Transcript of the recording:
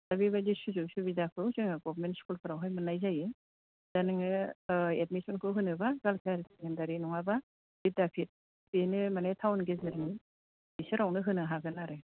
दा बेबादि सुजुग सुबिदाखौ जोङो गभमेन्ट स्कुलफोरावहाय मोन्नाय जायो दा नोङो एडमिसनखौ होनोबा गार्लस हाइसेकेण्डारि नङाबा बिद्दापिट बेनो मानि टाउन गेजेरनि बिसोरावनो होनो हागोन आरो